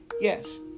Yes